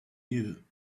you